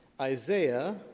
Isaiah